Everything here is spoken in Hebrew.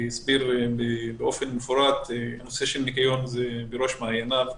הוא הסביר באופן מפורט שנושא של ניקיון זה בראש מעייניו.